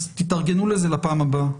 תתארגנו לזה לפעם הבאה.